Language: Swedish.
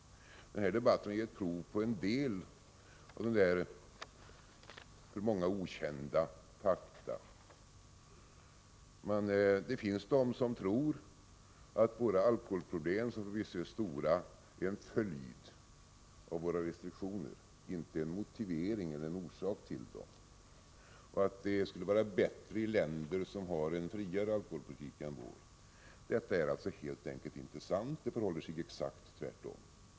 Den här debatten har gett prov på att en del av dessa fakta är okända. Det finns de som tror att våra alkoholproblem, som förvisso är stora, är en följd av våra restriktioner, inte en motivering för dem. De tror att det skulle vara bättre i länder som har en friare alkoholpolitik än vår. Detta är helt enkelt inte sant. Det förhåller sig exakt tvärtom.